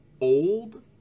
old